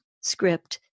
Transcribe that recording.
script